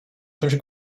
czymś